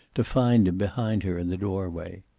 to find him behind her in the doorway.